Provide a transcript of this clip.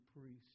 priest